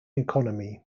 economy